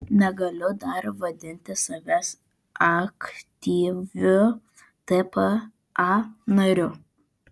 negaliu dar vadinti savęs aktyviu tpa nariu